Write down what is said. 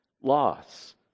loss